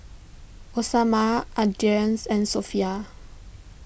Osman Idris and Sofea